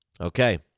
Okay